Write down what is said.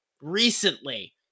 recently